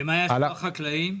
ומה יעשו החקלאים?